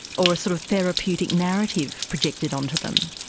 or a sort of therapeutic narrative projected on to them.